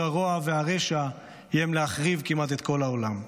הרוע והרשע איים להחריב כמעט את כל העולם.